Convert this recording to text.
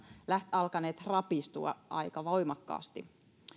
alkaneet rapistua aika voimakkaasti